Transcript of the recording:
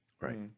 Right